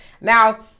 now